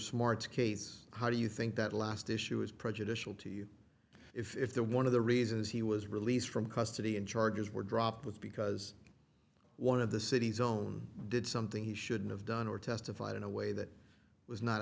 smart case how do you think that last issue is prejudicial to you if the one of the reasons he was released from custody and charges were dropped with because one of the city's own did something he shouldn't have done or testified in a way that was not